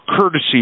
courtesy